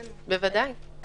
בוודאי.